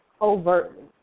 overtly